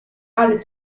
added